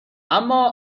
اما